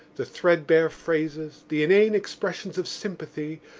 the threadbare phrases, the inane expressions of sympathy,